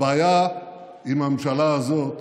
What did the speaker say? הבעיה עם הממשלה הזאת